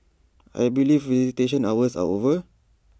I believe visitation hours are over